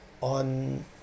On